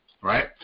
right